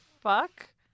fuck